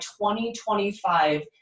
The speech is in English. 2025